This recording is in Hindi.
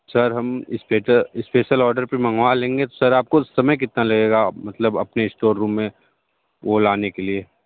सर हम स्पेशल ऑर्डर पर मँगवा लेंगे सर आपको समय कितना लगेगा मतलब अपने स्टोर रूम में वो लाने के लिए